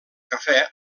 cafè